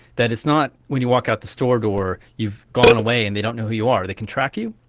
that it's not when you walk out the store door you've gone away and they don't know who you are, they can track you,